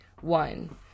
One